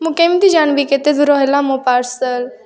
ମୁଁ କେମିତି ଜାଣିବି କେତେ ଦୂର ହେଲା ମୋ ପାର୍ସଲ୍